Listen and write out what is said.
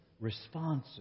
responsive